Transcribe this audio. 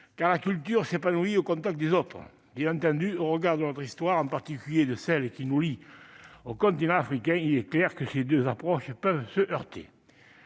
car la culture s'épanouit au contact des autres. Bien entendu, au regard de notre histoire, en particulier de celle qui nous lie au continent africain, il est clair que ces deux approches peuvent se heurter.